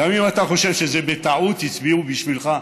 גם אם אתה חושב שבטעות הצביעו בשבילך,